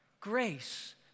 grace